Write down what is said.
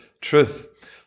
truth